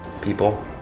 people